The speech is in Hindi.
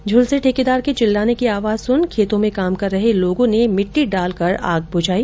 झुलसे ठेकेदार के चिल्लाने की आवाज सुन खेतों में काम कर रहे लोगों ने मिट्टी डालकर आग बुझाई